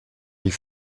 die